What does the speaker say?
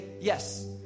yes